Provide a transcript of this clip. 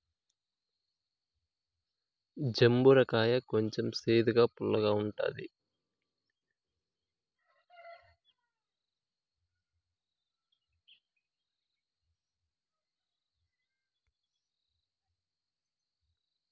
జంబూర కాయ కొంచెం సేదుగా, పుల్లగా ఉంటుంది